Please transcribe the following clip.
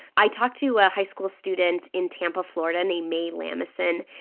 i talked to a high school student in tampa, fla, and named mei lamison,